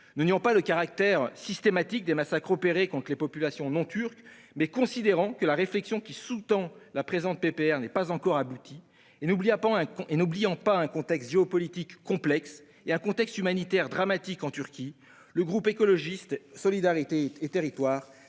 Ne niant pas le caractère systématique des massacres perpétrés contre les populations non turques, mais considérant que la réflexion qui sous-tend la présente proposition de résolution n'est pas encore aboutie, et n'oubliant pas un contexte géopolitique complexe et un contexte humanitaire dramatique en Turquie, le groupe Écologiste - Solidarité et Territoires